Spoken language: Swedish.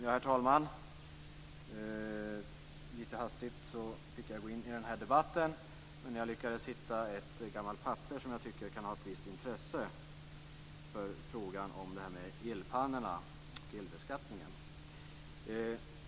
Herr talman! Litet hastigt fick jag gå in i den här debatten, men jag lyckades då hitta ett gammalt papper som kan ha ett visst intresse för frågan om elpannorna och elbeskattningen.